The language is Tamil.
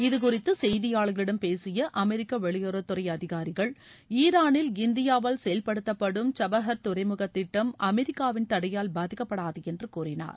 இது குறித்து செய்தியாளர்களிடம் பேசிய அமெரிக்க வெளியுறவுத்துறை அதிகாரிகள் ஈரானில் இந்தியாவால் செயல்படுத்தப்படும் சாபஹர் துறைமுக திட்டம் அமெரிக்காவின் தடையால் பாதிக்கப்படாது என்று கூறினர்